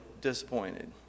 disappointed